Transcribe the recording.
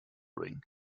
ring